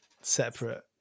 separate